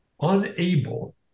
unable